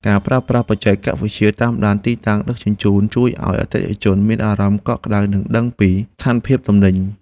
ការប្រើប្រាស់បច្ចេកវិទ្យាតាមដានទីតាំងដឹកជញ្ជូនជួយឱ្យអតិថិជនមានអារម្មណ៍កក់ក្តៅនិងដឹងពីស្ថានភាពទំនិញ។